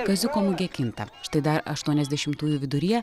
kaziuko mugė kinta štai dar aštuoniasdešimtųjų viduryje